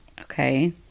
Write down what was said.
Okay